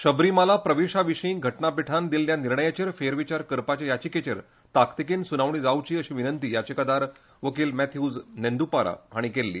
शबरीमाला प्रवेशा विशीं घटनापिठान दिल्ल्या निर्णयाचेर फेरविचार करपाचे याचिकेचेर ताकतिकेन सुनावणी जावची अशी विनंती याचिकादार वकील मॅथ्यूज नेंद्रपारा हांणी केल्ली